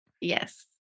Yes